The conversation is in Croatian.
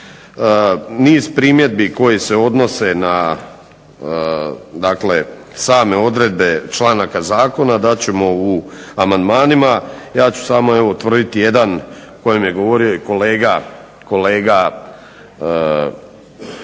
Niz primjedbi koje se odnose na dakle same odredbe članaka zakona dat ćemo u amandmanima. Ja ću samo evo utvrditi jedan o kojem je govorio i kolega